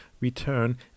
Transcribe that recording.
return